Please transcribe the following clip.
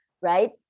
right